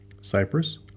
Cyprus